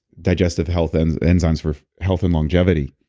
digestive health and enzymes for health and longevity.